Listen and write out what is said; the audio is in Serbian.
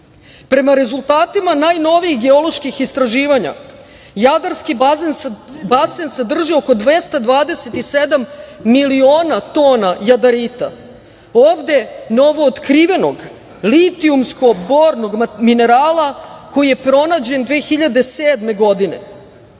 Prema rezultatima najnovijih geoloških istraživanja, Jadarski basen sadrži oko 227 miliona tona jadarita, ovde novootkrivenog litijumsko-bornog minerala koji je pronađen 2007. godine.